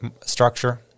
structure